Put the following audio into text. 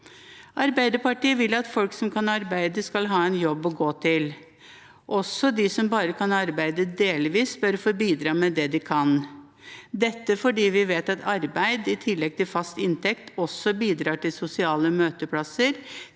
Arbeiderpartiet vil at folk som kan arbeide, skal ha en jobb å gå til. Også de som bare kan arbeide delvis, bør få bidra med det de kan. Dette er fordi vi vet at arbeid, i tillegg til fast inntekt, også bidrar til sosiale møteplasser,